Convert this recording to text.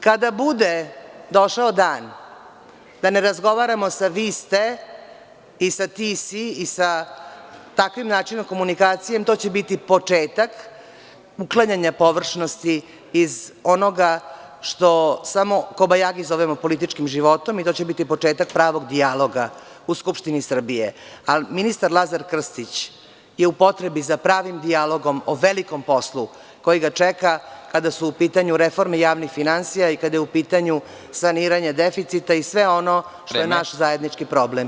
Kada bude došao dan da ne razgovaramo sa – vi ste, ti si i sa takvim načinom komunikacije, to će biti početak uklanjanja površnosti iz onoga što samo kobajagi zovemo političkim životom i to će biti početak pravog dijaloga u Skupštini Srbije, ali ministar Lazar Krstić je u potrebi za pravim dijalogom o velikom poslu koji ga čeka kada su u pitanju reforme javnih finansija i kada je u pitanju saniranje deficita i sve ono što je naš zajednički problem.